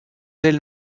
elles